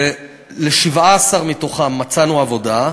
ול-17 מהם מצאנו עבודה.